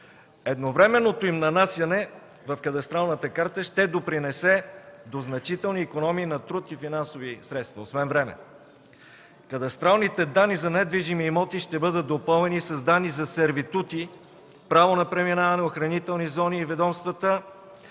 Едновременното им нанасяне в кадастралната карта ще допринесе до значителни икономии на труд и финансови средства, освен време. Кадастралните данни за недвижими имоти ще бъдат допълнени с данни за сервитути, право на преминаване, охранителни зони и ведомствата,